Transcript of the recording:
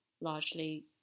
largely